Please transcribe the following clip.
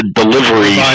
delivery